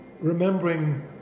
remembering